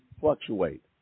fluctuate